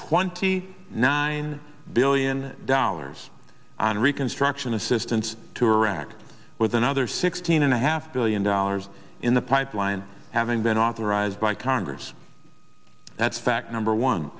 twenty nine billion dollars on reconstruction assistance to iraq with another sixteen and a half billion dollars in the pipeline having been authorized by congress that's fact number one